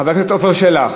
חבר הכנסת עפר שלח.